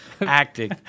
acting